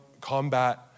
combat